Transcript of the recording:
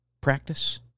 practice